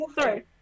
Sorry